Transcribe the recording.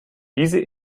diese